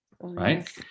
right